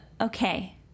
okay